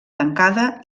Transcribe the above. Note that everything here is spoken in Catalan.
tancada